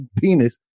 penis